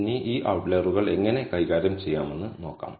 ഇനി ഈ ഔട്ട്ലറുകൾ എങ്ങനെ കൈകാര്യം ചെയ്യാമെന്ന് നോക്കാം